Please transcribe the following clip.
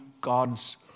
God's